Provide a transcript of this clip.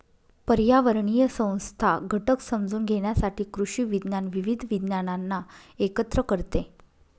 पर्यावरणीय संस्था घटक समजून घेण्यासाठी कृषी विज्ञान विविध विज्ञानांना एकत्र करते